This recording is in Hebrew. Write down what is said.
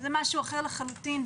זה משהו אחר לחלוטין,